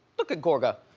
look at gorga.